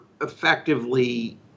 effectively